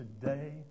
today